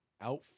out